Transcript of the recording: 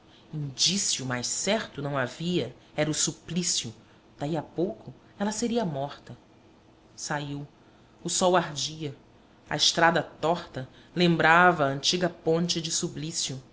indício mais certo não havia era o suplício daí a pouco ela seria morta saiu o sol ardia a estrada torta lembrava a antiga ponte de